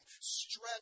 stretch